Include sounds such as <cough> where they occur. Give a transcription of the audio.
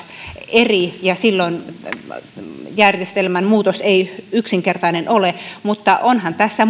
eri maksajatahot ja silloin järjestelmän muutos ei yksinkertainen ole mutta ollaanhan tässä <unintelligible>